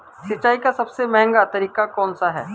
सिंचाई का सबसे महंगा तरीका कौन सा है?